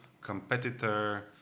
competitor